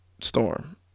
Storm